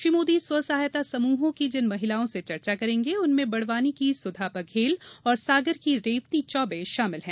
श्री मोदी स्वसहायता समूहों की जिन महिलाओं से चर्चा करेंगे उनमें बड़वानी की सुधा बघेल और सागर की रेवती चौबे शामिल हैं